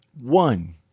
one